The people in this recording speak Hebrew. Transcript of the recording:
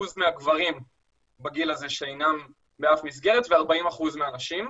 מהגברים שאינם באף מסגרת ו-40% מהנשים.